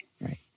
Right